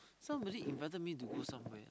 somebody invited me to go somewhere